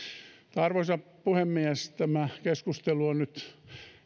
arvoisa puhemies tämä keskustelu on nyt